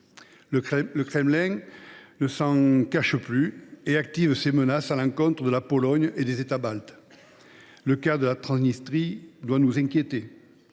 Le Kremlin ne s’en cache même plus et active ses menaces à l’encontre de la Pologne et des États baltes. Le cas de la Transnistrie doit nous inquiéter.